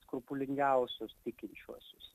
skrupulingiausius tikinčiuosius